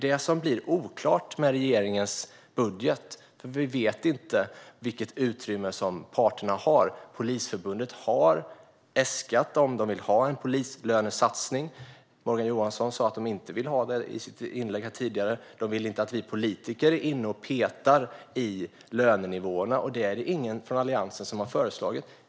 Det som är oklart med regeringens budget är vilket utrymme parterna har. Polisförbundet har äskat medel för en polislönesatsning. Morgan Johansson sa i sitt inlägg här tidigare att de inte vill ha det. De vill inte att vi politiker är inne och petar i lönenivåerna, och det är det ingen från Alliansen som har föreslagit.